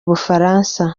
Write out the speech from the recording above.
bufaransa